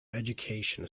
education